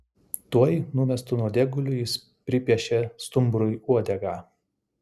tuoj numestu nuodėguliu jis pripiešė stumbrui uodegą